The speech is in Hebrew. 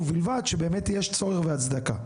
ובלבד שבאמת יש צורך והצדקה.